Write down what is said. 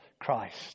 Christ